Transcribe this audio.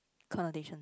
connotation